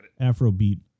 Afrobeat